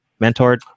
mentored